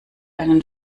einen